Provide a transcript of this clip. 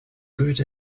good